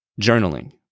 Journaling